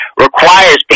requires